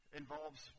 involves